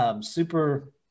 super